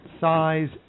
size